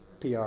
PR